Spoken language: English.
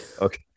Okay